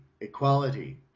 equality